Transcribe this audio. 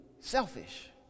selfish